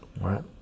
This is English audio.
right